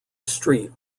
street